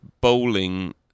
bowling